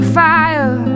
fire